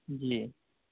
جی